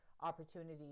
opportunity